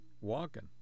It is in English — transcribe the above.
walking